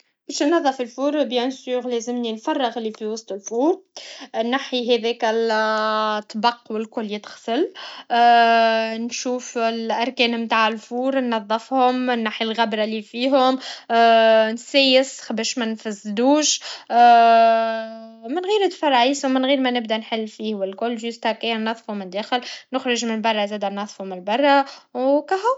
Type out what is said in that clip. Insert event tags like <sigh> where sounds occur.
باش نظف لفور بيانسور لازمني نفرغ لي في وسط لفور نحي هذاك ل <hesitation> الطبق و الكل يتغسل <hesitation> نشوف الأركان نتاع لفور نظفهم نحي لغبره لي فيهم باش ما نفسدوش <hesitation> من غير تفلعيضه من غير منبدا نحل فيه و الكل جست هكايا نظفو من داخل نخرج من بره زاده نظفو من برا و هك هو